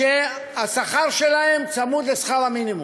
שהשכר שלהם צמוד לשכר המינימום,